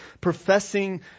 professing